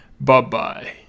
Bye-bye